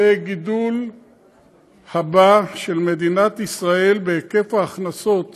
זה הגידול הבא של מדינת ישראל בהיקף ההכנסות